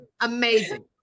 amazing